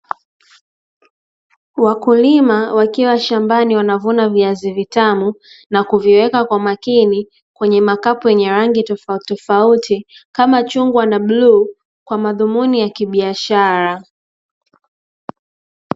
Wakulima wakiwa shambani wanavuna viazi vitamu na kuviweka kwa makini kwenye makapu yenye rangi tofautitofauti kama chungwa na bluu kwa madhumuni ya kibiashara